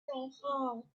hull